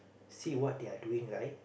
see what they're doing right